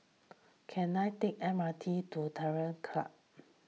can I take M R T to Terror Club